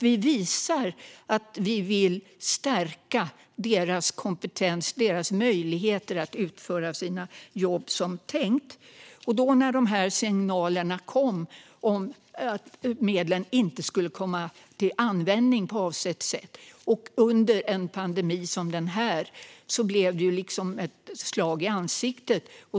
Vi visar att vi vill stärka deras kompetens och deras möjligheter att utföra sina jobb som tänkt. När de här signalerna kom om att medlen inte skulle komma till användning på avsett sätt under en pandemi som denna blev det som ett slag i ansiktet.